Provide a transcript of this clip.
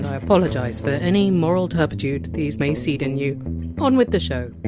and i apologise for any moral turpitude these may seed in you on with the show